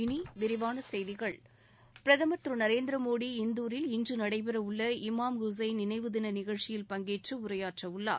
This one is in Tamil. இனி விரிவான செய்திகள் பிரதுமர் திரு நரேந்திரமோடி இந்துரில் இன்று நடைபெறவுள்ள இமாம் ஹுசைன் நினைவு தின நிகழ்ச்சியில் பங்கேற்று உரையாற்றவுள்ளார்